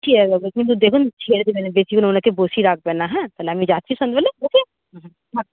ঠিক আছে কিন্তু দেখুন ছেড়ে বেশিক্ষণ ওনাকে বসিয়ে রাখবেন না হ্যাঁ তাহলে আমি যাচ্ছি সন্ধ্যেবেলা ও কে হুম